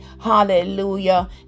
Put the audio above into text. Hallelujah